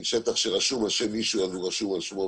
כי שטח שרשום על שם מישהו הוא רשום על שמו,